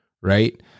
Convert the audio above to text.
right